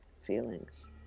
feelings